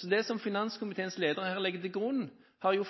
Så det som finanskomiteens leder her legger til grunn, har jo